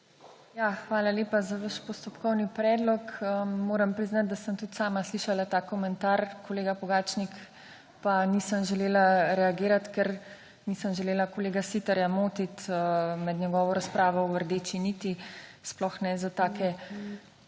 hvala lepa za vaš postopkovni predlog. Moram priznat, da sem tudi sama slišala ta komentar, kolega Pogačnik, pa nisem želela reagirat, ker nisem želela kolega Siterja motit med njegovo razpravo o rdeči niti. Sploh ne za take